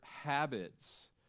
habits